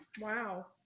Wow